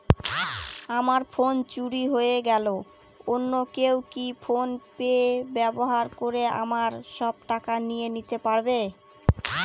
আমার ফোন চুরি হয়ে গেলে অন্য কেউ কি ফোন পে ব্যবহার করে আমার সব টাকা নিয়ে নিতে পারবে?